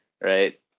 Right